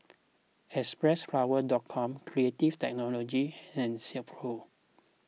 Xpressflower dot com Creative Technology and Silkpro